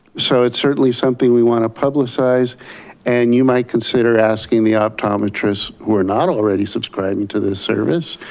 so it's certainly something we want to publicize and you might consider asking the optometrists who are not already subscribing to this service,